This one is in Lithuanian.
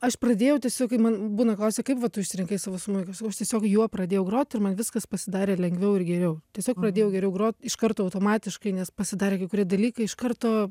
aš pradėjau tiesiog kaip man būna klausia kaip va tu išsirinkai savo smuiką aš sakau aš tiesiog juo pradėjau grot ir man viskas pasidarė lengviau ir geriau tiesiog pradėjau geriau grot iš karto automatiškai nes pasidarė kai kurie dalykai iš karto